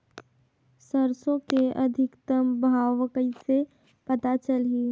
सरसो के अधिकतम भाव कइसे पता चलही?